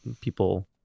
People